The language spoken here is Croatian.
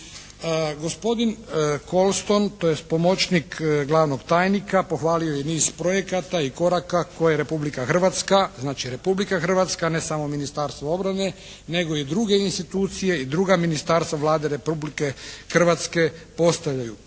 Gospodin Colstone, tj. pomoćnik glavnog tajnika pohvalio je i niz projekata i koraka koje Republika Hrvatska, znači Republika Hrvatska ne samo Ministarstvo obrane nego i druge institucije i druga ministarstva Vlade Republike Hrvatske postavljaju.